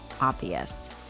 obvious